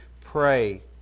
pray